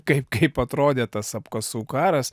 kaip kaip atrodė tas apkasų karas